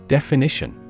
Definition